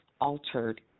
altered